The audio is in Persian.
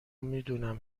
میدونم